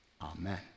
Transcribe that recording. Amen